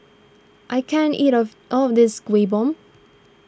I can't eat of all of this Kuih Bom